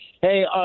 Hey